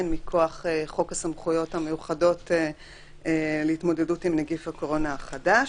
הן מכוח חוק הסמכויות המיוחדות להתמודדות עם נגיף הקורונה החדש.